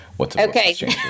Okay